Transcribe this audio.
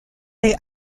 est